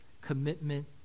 commitment